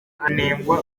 anengwa